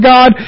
God